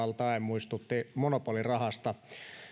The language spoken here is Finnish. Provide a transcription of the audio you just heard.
muistutti monopolirahasta